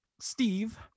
Steve